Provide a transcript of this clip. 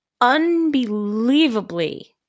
unbelievably